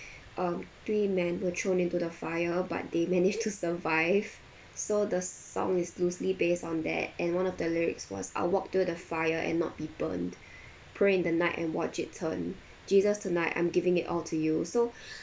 um three men were thrown into the fire but they managed to survive so the song is loosely based on that and one of the lyrics was I'll walk through the fire and not be burned pray in the night and watch it turn jesus tonight I'm giving it all to you so